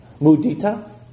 Mudita